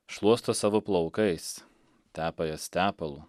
šluosto savo plaukais tepa jas tepalu